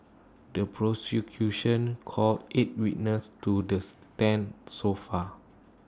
the prosecution called eight witnesses to the stand so far